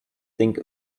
thing